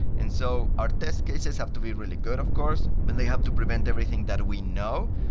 and so our test cases have to be really good, of course, and they have to prevent everything that we know.